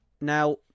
now